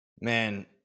Man